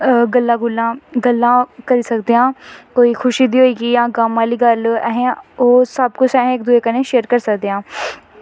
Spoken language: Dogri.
गल्लां करी सकदे आं कोई खुशी दी होई जां गम अस ओह् सब कुछ अस इक दुए कन्नै शेयर करी सकदे आं